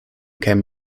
came